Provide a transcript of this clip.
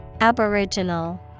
Aboriginal